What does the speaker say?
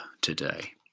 today